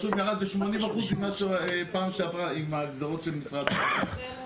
השום ירד ב-80% ממה שפעם שעברה עם הגזירות של משרד הבריאות,